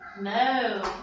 No